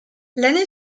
l’année